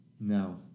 no